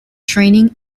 training